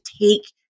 take